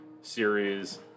series